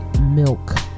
milk